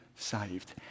saved